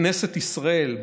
כנסת ישראל,